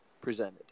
presented